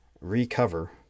recover